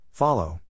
Follow